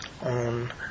on